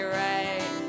right